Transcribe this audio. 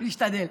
אשתדל.